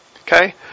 Okay